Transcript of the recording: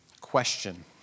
Question